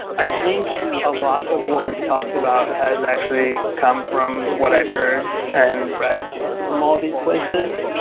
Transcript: i think a lot of what we've talked about has actually come from what i've heard and read from all these places.